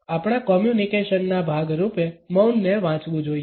આપણા કોમ્યુનિકેશનના ભાગ રૂપે મૌનને વાંચવું જોઈએ